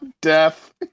death